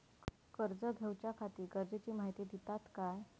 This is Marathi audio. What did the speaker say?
कर्ज घेऊच्याखाती गरजेची माहिती दितात काय?